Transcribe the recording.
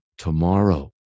Tomorrow